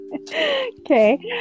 okay